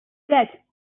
пять